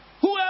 Whoever